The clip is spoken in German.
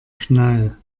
knall